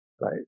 right